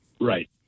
Right